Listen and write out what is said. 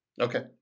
Okay